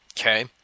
Okay